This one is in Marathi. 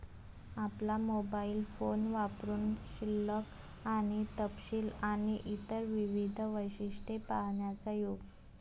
आपला मोबाइल फोन वापरुन शिल्लक आणि तपशील आणि इतर विविध वैशिष्ट्ये पाहण्याचा योग